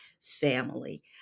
family